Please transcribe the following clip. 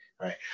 right